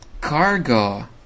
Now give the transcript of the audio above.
cargo